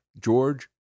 George